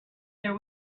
there